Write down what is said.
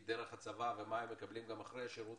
דרך הצבא ומה הם מקבלים גם אחרי השירות